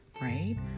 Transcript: right